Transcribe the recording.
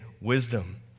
wisdom